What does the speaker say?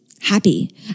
happy